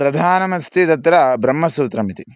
प्रधानमस्ति तत्र ब्रह्मसूत्रमिति